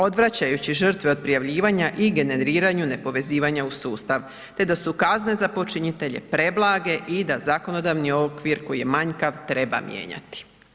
Odvraćajući žrtve od prijavljivanja i generiranju nepovezivanja u sustav te da su kazne za počinitelje preblage i da zakonodavni okvir koji je manjkav treba mijenjati.